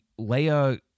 Leia